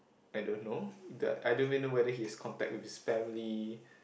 I don't know that I don't even know whether he has contact with his family